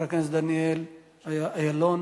7438. ישיב סגן שר החוץ חבר הכנסת דניאל אילון.